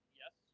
yes